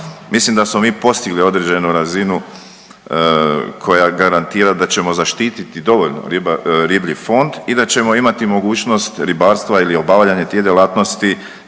mislim da samo mi postigli određenu razinu koja garantira da ćemo zaštiti dovoljno riblji fond i da ćemo imati mogućnost ribarstva ili obavljanje tih djelatnosti